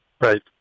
Right